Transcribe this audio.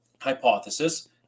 hypothesis